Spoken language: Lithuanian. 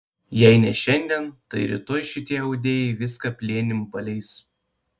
jei ne šiandien tai rytoj šitie audėjai viską plėnim paleis